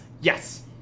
Yes